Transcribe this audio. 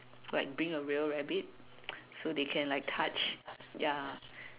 like being a real rabbit so they can like touch ya